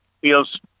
feels